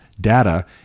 data